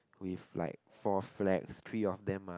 with like four flags three of them are